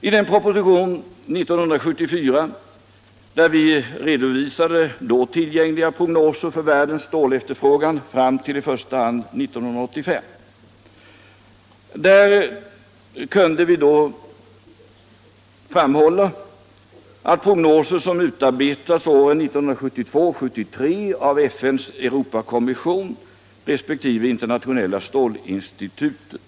I den proposition 1974 där vi redovisade då tillgängliga prognoser för världens stålefterfrågan fram till i första hand 1985 nämndes de prognoser som hade utarbetats åren 1972/1973 av FN:s Europakommission respektive Internationella stålinstitutet.